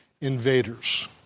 invaders